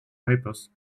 papers